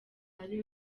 ari